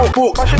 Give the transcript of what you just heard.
books